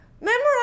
memorize